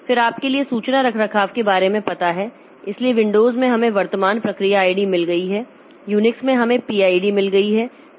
फिर आपके लिए सूचना रखरखाव के बारे में पता है इसलिए विंडोज़ में हमें वर्तमान प्रक्रिया आईडी मिल गई है यूनिक्स में हमें पीआईडी मिल गई है